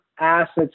assets